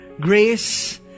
grace